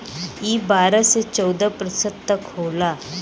ई बारह से चौदह प्रतिशत तक होला